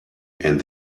and